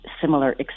similar